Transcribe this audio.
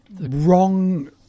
wrong